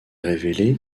révélé